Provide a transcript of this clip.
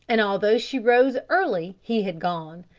and although she rose early he had gone.